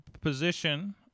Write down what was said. position